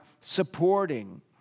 supporting